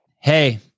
Hey